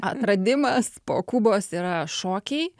atradimas po kubos yra šokiai